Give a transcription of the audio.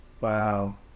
Wow